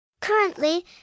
Currently